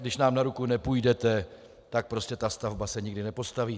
Když nám na ruku nepůjdete, tak ta stavba se nikdy nepostaví.